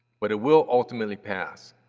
but it will ultimately pass.